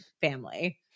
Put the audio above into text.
family